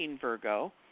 Virgo